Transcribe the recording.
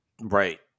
Right